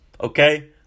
Okay